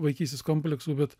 vaikysis kompleksu bet